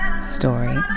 Story